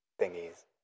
thingies